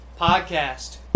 podcast